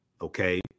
Okay